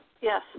Yes